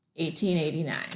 1889